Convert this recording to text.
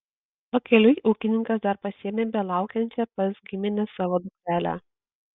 pakeliui ūkininkas dar pasiėmė belaukiančią pas gimines savo dukrelę